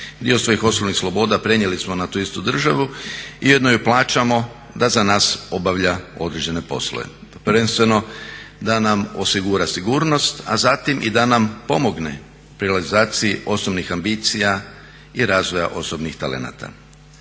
Dio svojih osobnih sloboda prenijeli smo na tu istu državu i uredno joj plaćamo da za nas obavlja određene poslove prvenstveno da nam osigura sigurnost, a zatim i da nam pomogne pri realizaciji osnovnih ambicija i razvoja osobnih talenata.